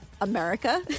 America